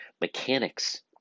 mechanics